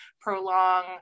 prolong